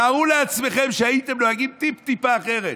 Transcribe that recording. תארו לעצמכם שהייתם נוהגים טיפ-טיפה אחרת,